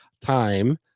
time